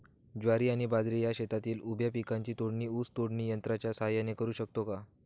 ज्वारी आणि बाजरी या शेतातील उभ्या पिकांची तोडणी ऊस तोडणी यंत्राच्या सहाय्याने करु शकतो का?